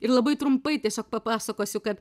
ir labai trumpai tiesiog papasakosiu kad